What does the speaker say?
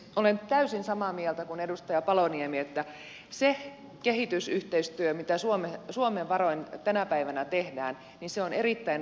olen täysin samaa mieltä kuin edustaja paloniemi että se kehitysyhteistyö mitä suomen varoin tänä päivänä tehdään on erittäin vaikuttavaa toimintaa